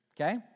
Okay